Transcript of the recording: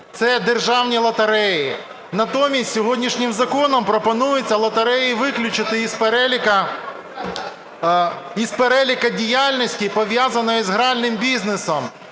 це державні лотереї. Натомість сьогоднішнім законом пропонується лотереї виключити із переліку діяльності, пов'язаної з гральним бізнесом.